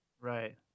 Right